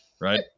Right